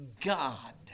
God